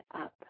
up